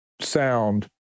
sound